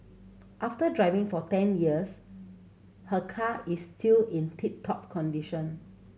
after driving for ten years her car is still in tip top condition